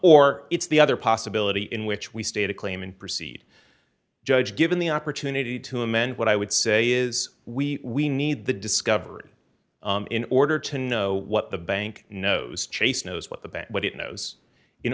or it's the other possibility in which we state a claim and proceed judge given the opportunity to amend what i would say is we we need the discovery in order to know what the bank knows chase knows what the bank what it knows in